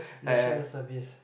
National Service